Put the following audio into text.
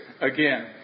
again